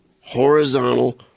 horizontal